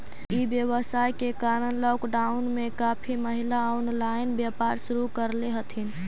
ई व्यवसाय के कारण लॉकडाउन में काफी महिला ऑनलाइन व्यापार शुरू करले हथिन